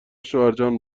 شوهرجان